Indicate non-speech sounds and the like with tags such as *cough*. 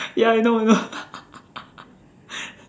ya I know I know *laughs*